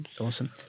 Awesome